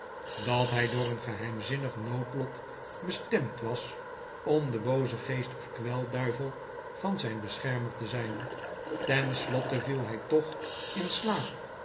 dat hij door een geheimzinnig noodlot bestemd was om de booze geest of kwelduivel van zijn beschermer te zijn tenslotte viel hij toch in slaap